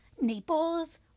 Naples